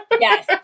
Yes